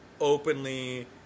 openly